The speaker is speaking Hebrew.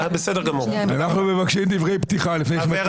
אנחנו מבקשים דברי פתיחה לפני שמקריאים את הנוסח.